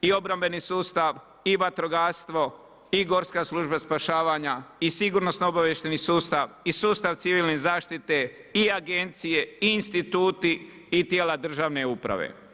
i obrambeni sustav i vatrogastvo, i gorska služba spašavanja i sigurnosno-obavještajni sustav i sustav civilne zaštite i agencije i instituti i tijela državne uprave.